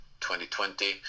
2020